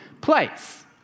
place